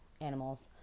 animals